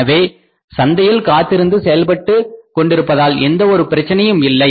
எனவே சந்தையில் காத்திருந்து செயல்பட்டு கொண்டிருப்பதில் எந்த ஒரு பிரச்சனையும் இல்லை